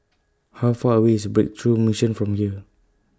How Far away IS Breakthrough Mission from here